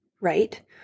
right